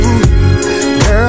Girl